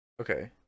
okay